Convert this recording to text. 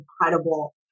incredible